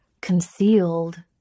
concealed